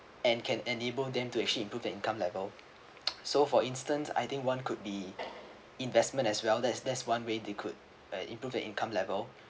and can enable them to actually improve their income level so for instance I think one could be investment as well there's there's one way they could uh improve their income level